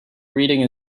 reading